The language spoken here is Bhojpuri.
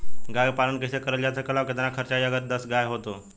गाय पालन कइसे करल जा सकेला और कितना खर्च आई अगर दस गाय हो त?